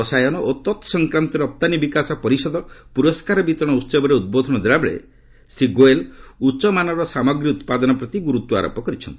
ରସାୟନ ଏବଂ ତତ୍ସଂକ୍ରାନ୍ତ ରପ୍ତାନୀ ବିକାଶ ପରିଷଦ ପୁରସ୍କାର ବିତରଣ ଉତ୍ସବରେ ଉଦ୍ବୋଧନ ଦେଲାବେଳେ ଶ୍ରୀ ଗୋଏଲ୍ ଉଚ୍ଚମାନର ସାମଗ୍ରୀ ଉତ୍ପାଦନ ପ୍ରତି ଗୁରୁତ୍ୱ ଆରୋପ କରିଛନ୍ତି